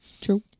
True